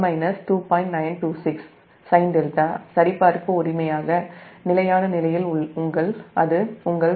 926 sinδ சரிபார்ப்பு உரிமையாக இவ்வாறு எழுதலாம்